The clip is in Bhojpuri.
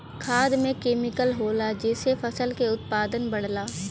खाद में केमिकल होला जेसे फसल के उत्पादन बढ़ला